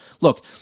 Look